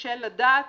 מתקשה לדעת